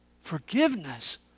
Forgiveness